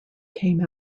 came